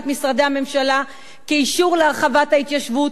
משרדי הממשלה כאישור להרחבת ההתיישבות,